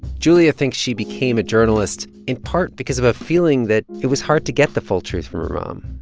julia thinks she became a journalist, in part, because of a feeling that it was hard to get the full truth from her mom.